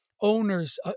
owners